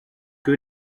que